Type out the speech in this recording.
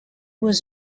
was